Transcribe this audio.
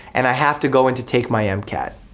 and i have to go in to take my ah mcat.